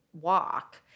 walk